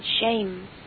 shame